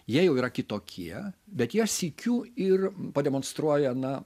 jie jau yra kitokie bet jie sykiu ir pademonstruoja na